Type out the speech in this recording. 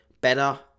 better